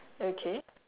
okay